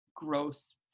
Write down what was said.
gross